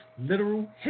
literal